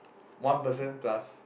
one person plus